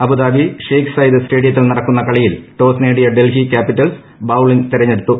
Abu Dhabi Sheikh Zayed സ്റ്റേഡിയത്തിൽ നടക്കുന്ന കളിയിൽ ടോസ് നേടിയ ഡൽഹി ക്യാപിറ്റൽസ് ബ്ലൌളിങ് തെരഞ്ഞെടുത്തു